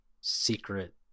secret